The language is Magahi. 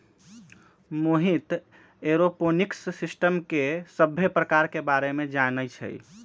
मोहित ऐरोपोनिक्स सिस्टम के सभ्भे परकार के बारे मे जानई छई